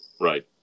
Right